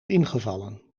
ingevallen